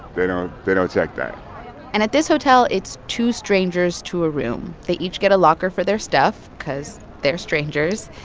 they don't they don't check that and at this hotel, it's two strangers to a room. they each get a locker for their stuff cause they're strangers.